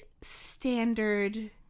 standard